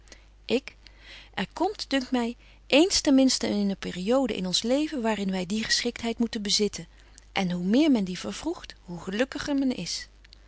ik er komt dunkt my ééns ten minsten eene periode in ons leven waar in wy die geschiktheid moeten bezitten en hoe meer men die vervroegt hoe gelukkiger men is